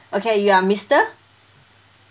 okay you are mister